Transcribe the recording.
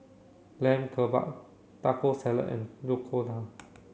Lamb Kebabs Taco Salad and Oyakodon